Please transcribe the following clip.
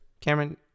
Cameron